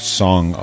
song